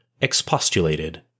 expostulated